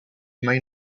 may